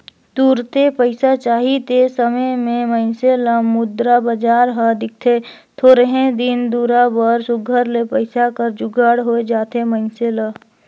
तुरते पइसा चाही ते समे में मइनसे ल मुद्रा बजार हर दिखथे थोरहें दिन दुरा बर सुग्घर ले पइसा कर जुगाड़ होए जाथे मइनसे ल